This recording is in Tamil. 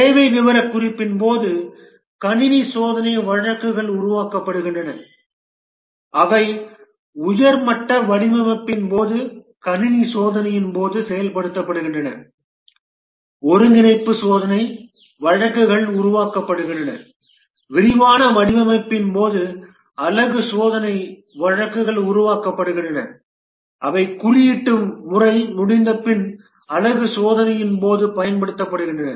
தேவை விவரக்குறிப்பின் போது கணினி சோதனை வழக்குகள் உருவாக்கப்படுகின்றன அவை உயர் மட்ட வடிவமைப்பின் போது கணினி சோதனையின் போது செயல்படுத்தப்படுகின்றன ஒருங்கிணைப்பு சோதனை வழக்குகள் உருவாக்கப்படுகின்றன விரிவான வடிவமைப்பின் போது அலகு சோதனை வழக்குகள் உருவாக்கப்படுகின்றன அவை குறியீட்டு முறை முடிந்தபின் அலகு சோதனையின் போது பயன்படுத்தப்படுகின்றன